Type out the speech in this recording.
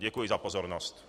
Děkuji za pozornost.